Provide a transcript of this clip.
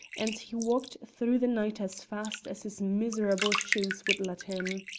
and he walked through the night as fast as his miserable shoes would let him.